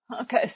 Okay